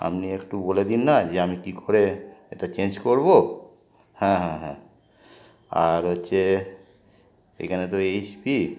আপনি একটু বলে দিন না যে আমি কী করে এটা চেঞ্জ করবো হ্যাঁ হ্যাঁ হ্যাঁ আর হচ্ছে এখানে তো এইচ পি